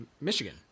Michigan